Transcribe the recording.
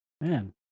Man